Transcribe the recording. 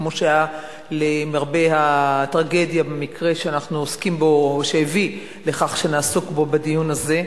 כמו שהיה למרבה הטרגדיה במקרה שהביא לכך שנעסוק בו בדיון הזה,